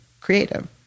creative